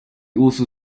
also